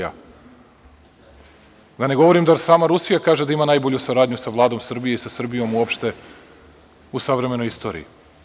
Da ne govorim da sama Rusija kaže da ima najbolju saradnju sa Vladom Srbije i sa Srbijom uopšte u savremenoj istoriji.